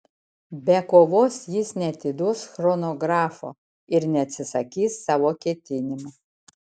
be kovos jis neatiduos chronografo ir neatsisakys savo ketinimų